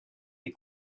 des